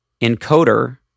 encoder